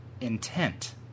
Intent